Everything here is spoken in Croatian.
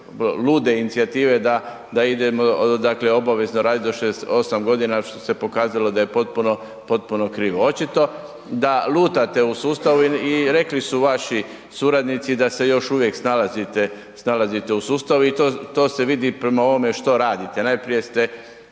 lude inicijative da idemo dakle obavezno radit do 68 g. što se pokazalo da je potpuno krivo. Očito da lutate u sustavu i rekli su vaši suradnici da se još uvijek snalazite u sustavu i to se vidi prema ovome što radite, najprije ste